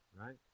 right